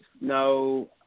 No